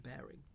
bearing